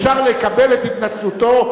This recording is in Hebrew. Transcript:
אפשר לקבל את התנצלותו,